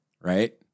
right